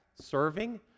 serving